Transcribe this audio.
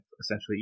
essentially